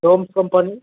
domes company